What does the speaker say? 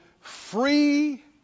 free